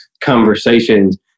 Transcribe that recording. conversations